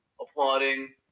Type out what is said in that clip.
applauding